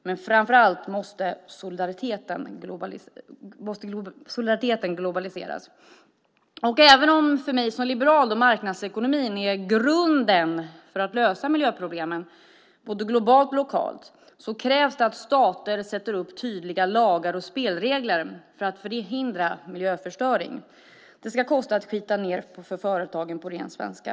Men framför allt måste solidariteten globaliseras. Även om för mig som liberal marknadsekonomin är grunden för att lösa miljöproblemen både globalt och lokalt krävs det att stater sätter upp tydliga lagar och spelregler för att förhindra miljöförstöring. Det ska kosta att skita ned för företagen, på ren svenska.